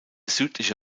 südliche